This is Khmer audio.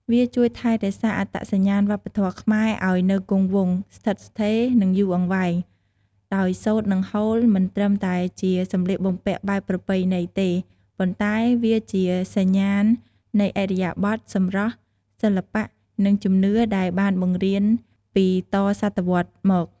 វាជួយថែរក្សាអត្តសញ្ញាណវប្បធម៌ខ្មែរឱ្យនៅគង់វង្ស ស្ថិតស្ថេរ និងយូរអង្វែង ដោយសូត្រ និងហូលមិនត្រឹមតែជាសម្លៀកបំពាក់បែបប្រពៃណីទេ ប៉ុន្តែវាជាសញ្ញាណនៃឥរិយាបថ សម្រស់ សិល្បៈ និងជំនឿដែលបានបង្រៀនពីតសតវត្សរ៍មក។